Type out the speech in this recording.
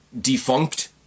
defunct